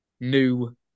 new